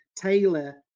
tailor